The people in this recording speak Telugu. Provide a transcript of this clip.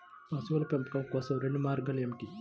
పశువుల పెంపకం కోసం రెండు మార్గాలు ఏమిటీ?